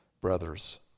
brothers